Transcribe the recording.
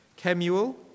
Kemuel